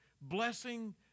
blessing